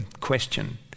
question